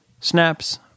snaps